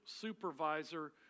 supervisor